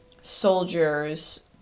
soldiers